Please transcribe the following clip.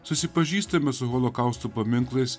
susipažįstame su holokausto paminklais